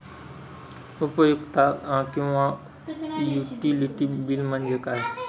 उपयुक्तता किंवा utility bill म्हणजे काय?